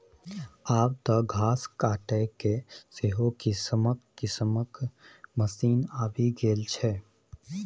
आब तँ घास काटयके सेहो किसिम किसिमक मशीन आबि गेल छै